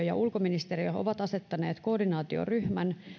ja ulkoministeriö ovat asettaneet koordinaatioryhmän